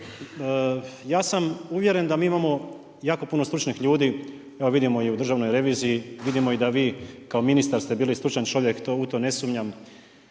Ja sam uvjeren da mi imamo jako puno stručnih ljudi, evo vidimo i u Državnoj reviziji, vidimo da i vi kao ministar ste bili stručan čovjek, u to ne sumnjam